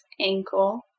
ankle